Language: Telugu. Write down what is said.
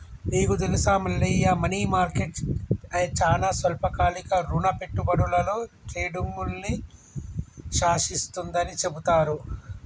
నీకు తెలుసా మల్లయ్య మనీ మార్కెట్ చానా స్వల్పకాలిక రుణ పెట్టుబడులలో ట్రేడింగ్ను శాసిస్తుందని చెబుతారు